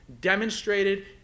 demonstrated